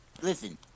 listen